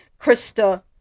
Krista